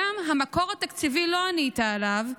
גם המקור התקציבי, לא ענית עליו.